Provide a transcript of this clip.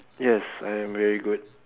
yes I am very good